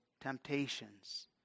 temptations